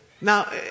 Now